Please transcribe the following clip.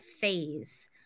phase